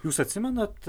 jūs atsimenat